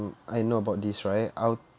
I know about this right I'll